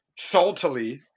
saltily